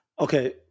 Okay